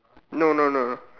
no no no no